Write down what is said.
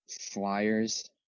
Flyers